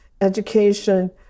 education